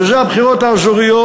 וזה הבחירות האזוריות.